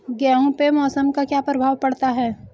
गेहूँ पे मौसम का क्या प्रभाव पड़ता है?